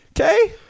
Okay